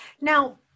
Now